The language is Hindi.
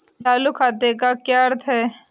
चालू खाते का क्या अर्थ है?